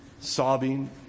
sobbing